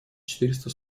четыреста